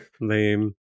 Lame